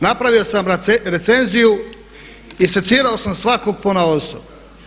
Napravio sam recenziju i secirao sam svakog ponaosob.